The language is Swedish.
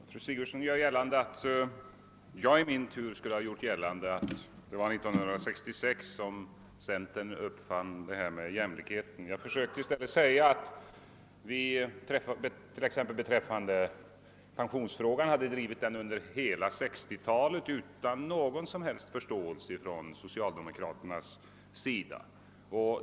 Herr talman! Fru Sigurdsen gör gällande att jag skulle ha påstått att det var år 1966 som centern uppfann jämlikheten. Jag försökte i stället säga att vi t.ex. beträffande pensionsfrågan hade drivit jämlikhetstanken under hela 1960-talet utan någon som helst förståelse från socialdemokraterna.